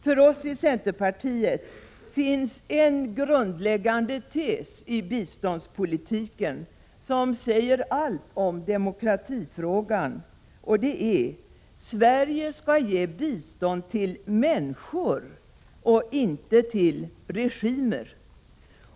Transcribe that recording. För oss i centerpartiet finns det en grundläggande tes i biståndspolitiken som säger allt om demokratifrågan: Sverige skall ge bistånd till människor och inte till regimer.